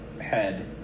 head